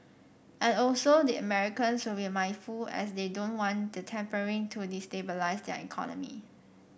and also the Americans will mindful as they don't want the tapering to destabilise their economy